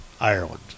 Ireland